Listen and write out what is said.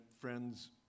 friends